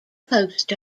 post